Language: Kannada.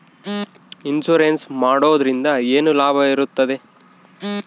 ಇನ್ಸೂರೆನ್ಸ್ ಮಾಡೋದ್ರಿಂದ ಏನು ಲಾಭವಿರುತ್ತದೆ?